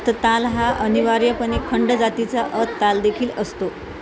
अत ताल हा अनिवार्यपणे खंड जातीचा अत तालदेखील असतो